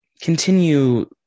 continue